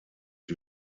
die